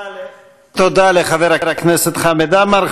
תודה לחבר הכנסת חמד עמאר.